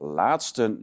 laatste